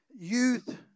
youth